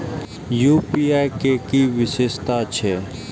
UPI के कि विषेशता छै?